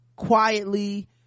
quietly